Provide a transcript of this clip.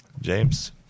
James